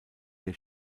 der